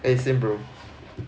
eh same bro